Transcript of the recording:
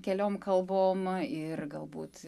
keliom kalbom ir galbūt